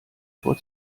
vor